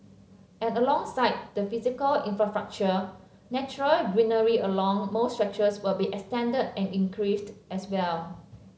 and alongside the physical infrastructure natural greenery along most stretches will be extended and increased as well